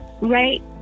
Right